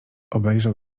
obejrzał